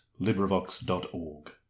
LibriVox.org